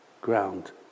ground